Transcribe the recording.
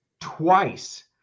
twice